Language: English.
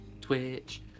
Twitch